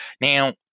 Now